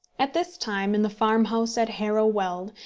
at this time, in the farmhouse at harrow weald,